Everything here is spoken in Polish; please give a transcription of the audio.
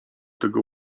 tego